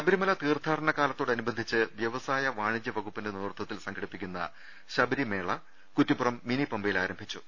ശബരിമല തീർത്ഥാടനകാലത്തോടനുബന്ധിച്ച് വ്യവ സായ വാണിജ്യ വകുപ്പിന്റെ നേതൃത്വത്തിൽ സംഘടി പ്പിക്കുന്ന ശബരിമേള കുറ്റിപ്പുറം മിനി പമ്പയിൽ ആരം ഭിച്ചു